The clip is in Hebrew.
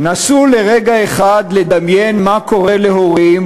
נסו לרגע אחד לדמיין מה קורה להורים